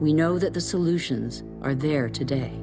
we know that the solutions are there today